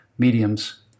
Mediums